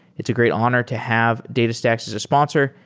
it's a great honor to have datastax as a sponsor,